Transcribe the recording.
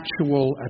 actual